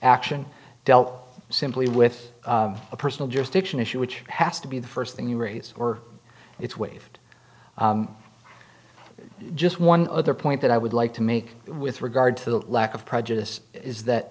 action dealt simply with a personal jurisdiction issue which has to be the first thing you raise or it's waived just one other point that i would like to make with regard to the lack of prejudice is that